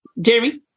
Jeremy